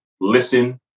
listen